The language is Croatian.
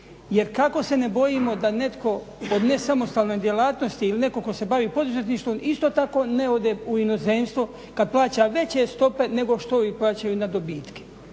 jer kako se ne bojimo da netko od nesamostalne djelatnosti ili netko tko se bavi poduzetništvom isto tako ne ode u inozemstvo kada plaća veće stope nego što ovi plaćaju na dobitke.